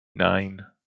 nine